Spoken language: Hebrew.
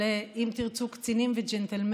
של, אם תרצו, קצינים וג'נטלמנים,